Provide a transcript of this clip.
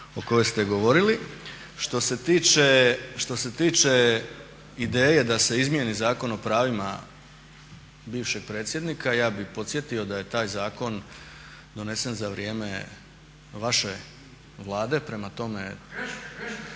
o kojoj ste govorili. Što se tiče ideje da se izmijeni Zakon o pravima bivšeg predsjednika, ja bih podsjetio da je taj zakon donesen za vrijeme vaše vlade. A da je